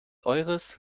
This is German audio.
eures